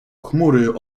chmury